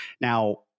Now